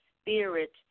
spirit